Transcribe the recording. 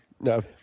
No